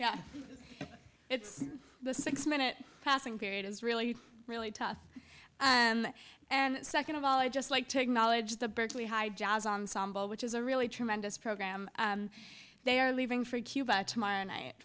yeah it's the six minute passing period is really really tough and and second of all i just like take knowledge the berkeley high jazz ensemble which is a really tremendous program they are leaving for cuba tomorrow night